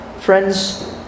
Friends